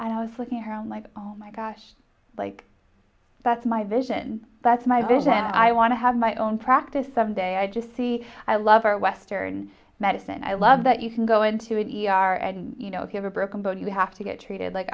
i was looking around like oh my gosh like that's my vision that's my business i want to have my own practice some day i just see i love our western medicine i love that you can go into an e r and you know if you have a broken bone you have to get treated like